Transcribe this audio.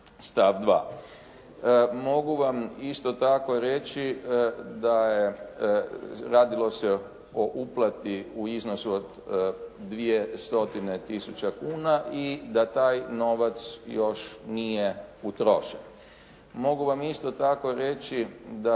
stav 2. Mogu vam isto tako reći da je radilo se o uplati u iznosu od 2 stotine tisuća kuna i da taj novac još nije utrošen. Mogu vam isto tako reći da